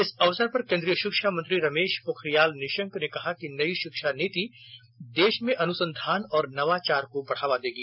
इस अवसर पर केन्द्रीय शिक्षा मंत्री रमेश पोखरियाल निशंक ने कहा कि नई शिक्षा नीति देश में अनुसंधान और नवाचार को बढ़ावा देगी